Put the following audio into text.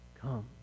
come